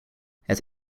het